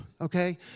okay